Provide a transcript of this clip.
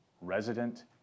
Resident